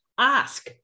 ask